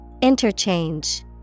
Interchange